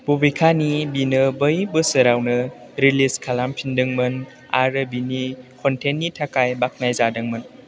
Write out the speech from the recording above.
बबेखानि बिनो बै बोसोरावनो रिलिज खालामफिनदोंमोन आरो बिनि कन्टेन्टनि थाखाय बाख्नायजादोंमोन